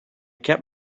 kept